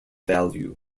value